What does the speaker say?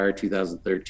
2013